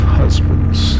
husbands